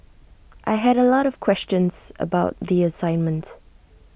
I had A lot of questions about the assignment